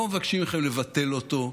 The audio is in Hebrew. לא מבקשים מכם לבטל אותו,